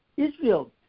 Israel